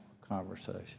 conversation